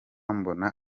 mbona